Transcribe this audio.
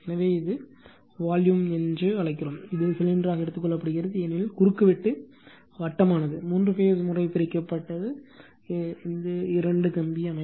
எனவே இது வால்யும் என்று அழைக்கிறோம் இது சிலிண்டராக எடுத்துக்கொள்கிறது ஏனெனில் குறுக்கு வெட்டு வட்டமானது மூன்று பேஸ் முறை பிரிக்கப்பட்ட இது இரண்டு கம்பி அமைப்பு